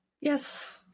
Yes